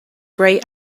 grey